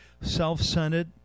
self-centered